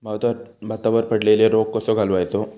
भातावर पडलेलो रोग कसो घालवायचो?